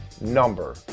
number